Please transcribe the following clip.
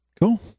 Cool